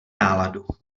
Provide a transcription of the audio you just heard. náladu